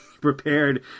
prepared